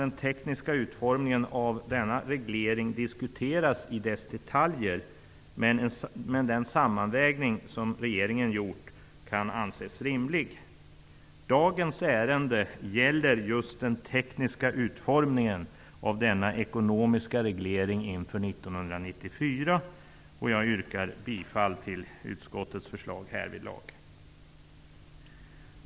Den tekniska utformningen av denna reglering kan självfallet diskuteras när det gäller detaljerna, men den sammanvägning som regeringen gjort kan anses rimlig. Dagens ärende gäller just den tekniska utformningen av denna ekonomiska reglering inför 1994. Jag yrkar bifall till utskottets hemställan härvidlag.